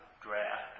draft